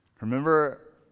Remember